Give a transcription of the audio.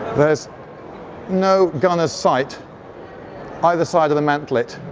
there's no gunner's sight either side of the mantlet,